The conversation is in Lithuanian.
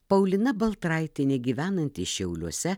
paulina baltraitienė gyvenanti šiauliuose